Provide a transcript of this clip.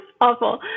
Awful